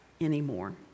anymore